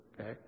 okay